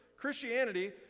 Christianity